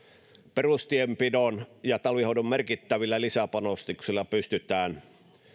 perustienpidon ja talvihoidon merkittävillä lisäpanostuksilla pystytään